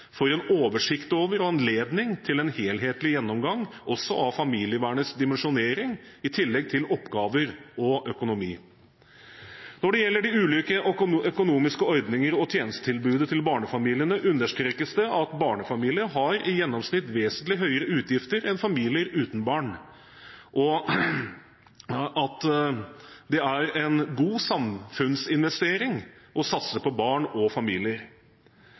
får en oversikt over og anledning til en helhetlig gjennomgang, også av familievernets dimensjonering, i tillegg til oppgaver og økonomi. Når det gjelder de ulike økonomiske ordninger og tjenestetilbudet til barnefamiliene, understrekes det at barnefamilier i gjennomsnitt har vesentlig høyere utgifter enn familier uten barn, og at det er en god samfunnsinvestering å satse på barn og familier.